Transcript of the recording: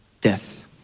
death